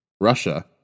Russia